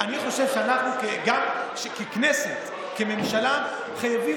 אני חושב שאנחנו ככנסת וכממשלה חייבים